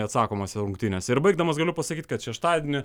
atsakomas rungtynes ir baigdamas galiu pasakyti kad šeštadienį